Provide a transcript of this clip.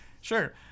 Sure